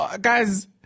Guys